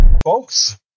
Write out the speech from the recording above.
Folks